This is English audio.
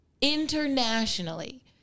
internationally